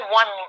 one